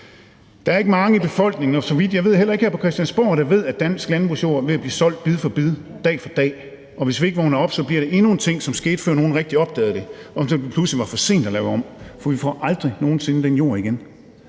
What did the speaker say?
Der er ikke mange i befolkningen, og så vidt jeg ved heller ikke her på Christiansborg, der ved, at dansk landbrugsjord er ved at blive solgt bid for bid og dag for dag, og hvis vi ikke vågner op, bliver det endnu en ting, som skete, før nogen rigtige opdagede det, og som det pludselig var for sent at lave om. For vi får aldrig nogen sinde den jord igen,